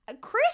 Chris